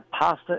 pasta